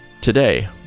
today